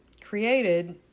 created